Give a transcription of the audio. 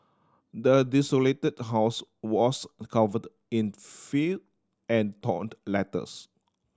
the desolated house was covered in filth and torn letters